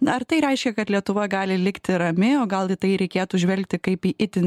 ar tai reiškia kad lietuva gali likti rami o gal į tai reikėtų žvelgti kaip į itin